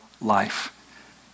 life